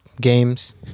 games